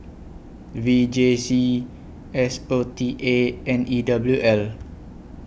V J C S O T A and E W L